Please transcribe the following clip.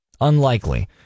Unlikely